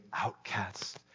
outcasts